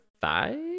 five